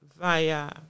via